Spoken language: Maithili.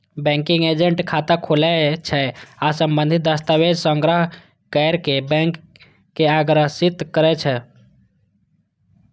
बैंकिंग एजेंट खाता खोलै छै आ संबंधित दस्तावेज संग्रह कैर कें बैंक के अग्रसारित करै छै